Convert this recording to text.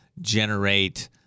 generate